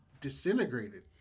disintegrated